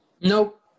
Nope